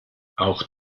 auch